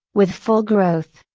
with full growth,